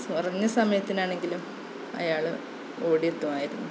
കുറഞ്ഞ സമയത്തിനാണെങ്കിലും അയാൾ ഓടിയെത്തുമായിരുന്നു